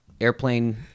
airplane